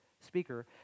Speaker